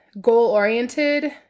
goal-oriented